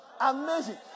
Amazing